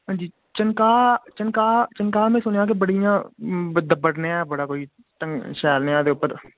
हांजी चनका चनका चनका मैं सुनेआ कि बड़ी इयां दब्बड़ नेहा शैल नेहा एहदे उप्पर